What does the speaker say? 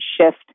shift